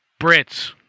Brits